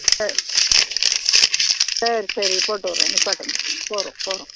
சரி சரி சரி போட்டு விட்றேன் நிப்பாட்டுங்க போதும் போதும்